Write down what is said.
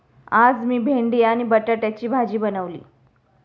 आज मी भेंडी आणि बटाट्याची भाजी बनवली